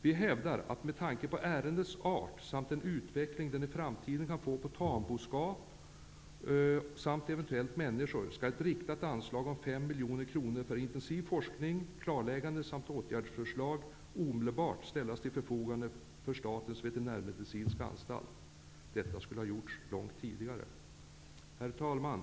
Vi hävdar att med tanke på ärendets art samt den utveckling sjukdomen i framtiden kan få på tamboskap och eventuellt även människor skall ett riktat anslag om 5 miljoner kronor för intensiv forskning, klarläggande samt åtgärdsförslag omedelbart ställas till förfogande för Statens Veterinärmedicinska Anstalt. Detta borde ha gjorts långt tidigare! Herr talman!